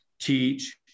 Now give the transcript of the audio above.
teach